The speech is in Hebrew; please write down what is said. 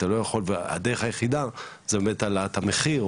הדרך היחידה היא באמת העלאת המחיר,